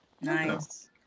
Nice